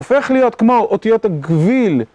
הופך להיות כמו אותיות הגוויל